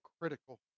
critical